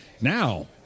Now